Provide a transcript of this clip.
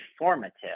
informative